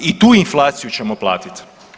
I tu inflaciju ćemo platiti.